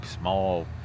small